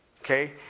Okay